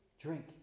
drink